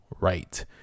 right